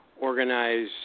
organize